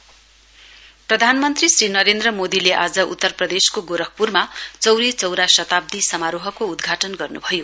PM प्रधानमन्त्री श्री नरेन्द्र मोदीले आज उत्तर प्रदेशको गोरखपुरमा चौरी चौरा शताब्दी समारोहको उद्घाटन गर्नुभयो